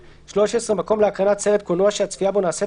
(13) מקום להקרנת סרט קולנוע שהצפייה בו נעשית